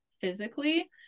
physically